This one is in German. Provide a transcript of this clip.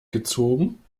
gezogen